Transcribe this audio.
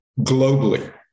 globally